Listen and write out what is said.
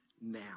now